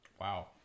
Wow